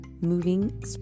moving